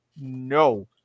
no